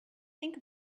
think